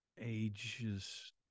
ages